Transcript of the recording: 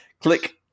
click